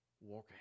Walking